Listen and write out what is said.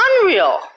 unreal